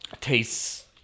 tastes